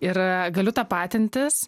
ir galiu tapatintis